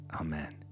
Amen